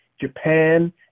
Japan